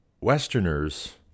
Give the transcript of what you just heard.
Westerners